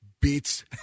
beats